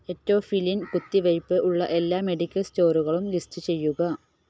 etophylline കുത്തിവെയ്പ്പ് ഉള്ള എല്ലാ മെഡിക്കൽ സ്റ്റോറുകളും ലിസ്റ്റ് ചെയ്യുക